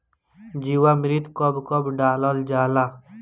जीवामृत कब कब डालल जाला?